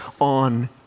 on